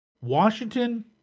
Washington